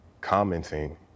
commenting